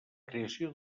creació